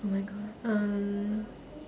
oh my god um